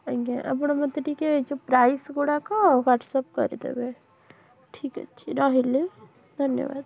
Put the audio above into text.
ଆଜ୍ଞା ଆପଣ ମୋତେ ଟିକେ ଏଯୋଉ ପ୍ରାଇସ୍ ଗୁଡ଼ାକ ହ୍ଵାଟସ୍ଅପ୍ କରିଦେବେ ଠିକ୍ ଅଛି ରହିଲି ଧନ୍ୟବାଦ